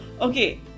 Okay